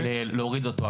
להוריד אותו.